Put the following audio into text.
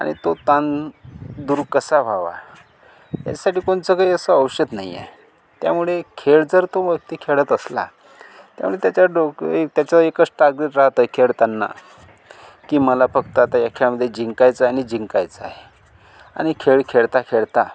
आणि तो ताण दूर कसा व्हावा यासाठी कोणचं काही असं औषध नाही आहे त्यामुळे खेळ जर तो व्यक्ती खेळत असला तर त्याच्या डोक्या त्याचा एकच टार्गेट राहतं खेळताना की मला फक्त या खेळामध्ये जिंकायचं आणि जिंकायचं आहे आणि खेळ खेळता खेळता